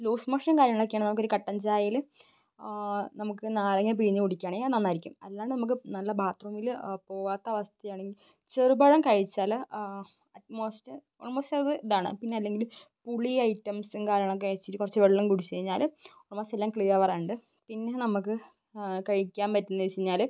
ലൂസ്മോഷനും കാര്യങ്ങളുമൊക്കെയാണെങ്കില് നമുക്കൊരു കട്ടൻച്ചായയില് നമുക്ക് നാരങ്ങ പിഴിഞ്ഞ് കുടിക്കുകയാണെങ്കില് അത് നന്നായിരിക്കും അല്ലാതെ നമുക്ക് നല്ല ബാത്റൂമില് പോകാത്ത അവസ്ഥയാണെങ്കില് ചെറുപഴം കഴിച്ചാല് അറ്റ്മോസ്റ്റ് ഓൾമോസ്റ്റ് അത് ഇതാണ് പിന്നെ അല്ലെങ്കില് പുളി ഐറ്റംസും കാര്യങ്ങളുമൊക്കെ കഴിച്ചിട്ട് കുറച്ച് വെള്ളം കുടിച്ച് കഴിഞ്ഞാല് ഓൾമോസ്റ്റ് എല്ലാം ക്ലിയറാകാറുണ്ട് പിന്നെ നമുക്ക് കഴിക്കാൻ പറ്റുന്നതെന്ന് വെച്ചുകഴിഞ്ഞാല്